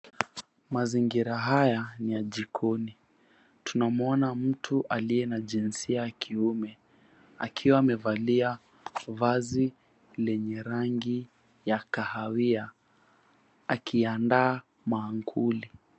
Mazingira haya ni ya jikoni. Tunamwona mtu aliye na jinsia ya kiume akiwa amevalia vazi lenye rangi ya kahawia akiandaa maankuli.